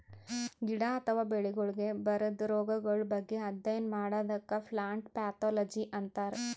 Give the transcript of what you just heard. ಗಿಡ ಅಥವಾ ಬೆಳಿಗೊಳಿಗ್ ಬರದ್ ರೊಗಗಳ್ ಬಗ್ಗೆ ಅಧ್ಯಯನ್ ಮಾಡದಕ್ಕ್ ಪ್ಲಾಂಟ್ ಪ್ಯಾಥೊಲಜಿ ಅಂತರ್